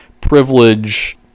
privilege